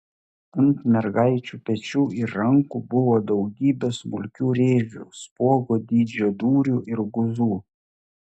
ant mergaičių pečių ir rankų buvo daugybė smulkių rėžių spuogo dydžio dūrių ir guzų